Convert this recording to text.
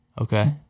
Okay